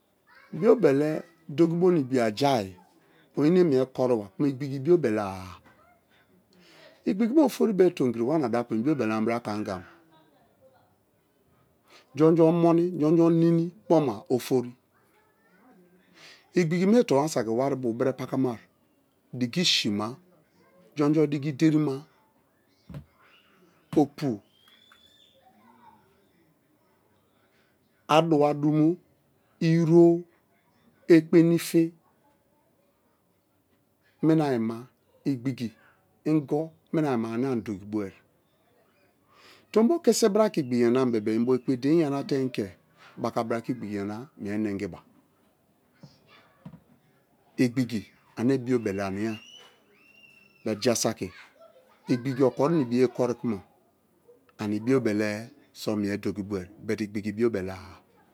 biobe̱le̱ dokibo na ibia jai o enate mie koriba kuma igbigi biobe̱la-a, igbigi bra ofori be tomikiri wamina dapu biobelebra ke̱ anga. Jumo-jumo moni jumo-jumo nini kpoma ofori. Igbigi me towasaki wari bio bere pakama, diki sima ju̱mo-ju̱mo di̱ki̱ ide̱ri̱ma opu, adawa, dumo, iro, ekpeni fi, mina-iiyima igbigi injo, mina-ayima ani ani dokibo̱e̱, to kisibra ke igbigi yana bem i̱nbo ekpedein yanatei̱n ke bakabra ke̱ igbikiyana mie nengiba. I̱gbi̱ki̱ ane bi̱obe̱le ani̱-a, but jasaki igbiki okorina-ibi̱ye̱ korikuma ani-biobe so mi̱e dokiboe, igbiki bi̱obe̱la-a.